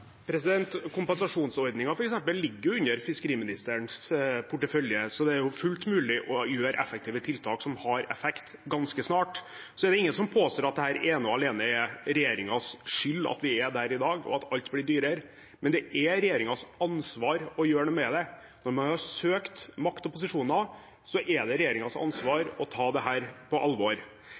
ligger jo under fiskeriministerens portefølje. Så det er fullt mulig å gjøre effektive tiltak som har effekt, ganske snart. Så er det ingen som påstår at det ene og alene er regjeringens skyld at vi er der i dag og at alt blir dyrere, men det er regjeringens ansvar å gjøre noe med det. Når man har søkt makt og posisjoner, er det regjeringens ansvar å ta dette på alvor.